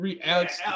Alex